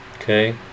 Okay